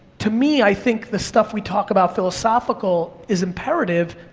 to me, i think the stuff we talk about philosophical is imperative,